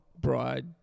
bride